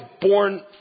born